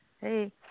Hey